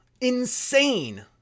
Insane